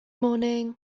morning